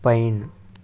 pine